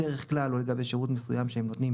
בדרך כלל או לגבי שירות מסוים שהם נותנים,